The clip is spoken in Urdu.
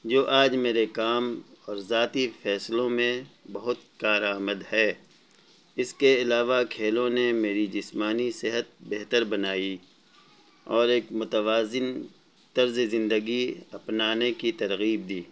جو آج میرے کام اور ذاتی فیصلوں میں بہت کارآمد ہے اس کے علاوہ کھیلوں نے میری جسمانی صحت بہتر بنائی اور ایک متوازن طرز زندگی اپنانے کی ترغیب دی